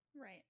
Right